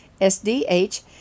SDH